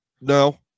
No